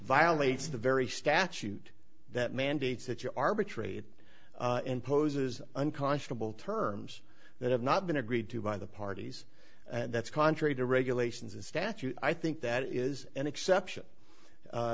violates the very statute that mandates that you arbitrate imposes unconscionable terms that have not been agreed to by the parties and that's contrary to regulations and statute i think that is an exception